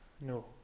no